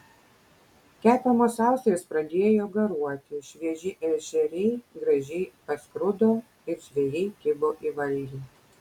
kepamos austrės pradėjo garuoti švieži ešeriai gražiai paskrudo ir žvejai kibo į valgį